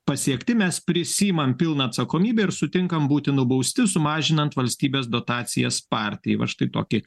pasiekti mes prisiimam pilną atsakomybę ir sutinkam būti nubausti sumažinant valstybės dotacijas partijai va štai tokį